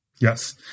Yes